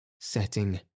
setting